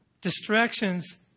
Distractions